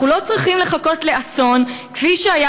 אנחנו לא צריכים לחכות לאסון כפי שהיה